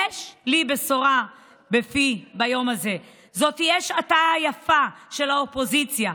יש לי בשורה בפי ביום הזה: זו תהיה שעתה היפה של האופוזיציה.